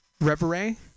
reverie